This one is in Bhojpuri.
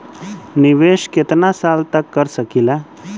निवेश कितना साल तक कर सकीला?